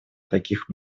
таких